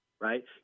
right